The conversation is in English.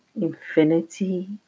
Infinity